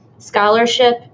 scholarship